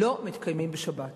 לא מתקיימים בשבת